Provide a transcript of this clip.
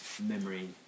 memory